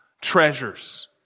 treasures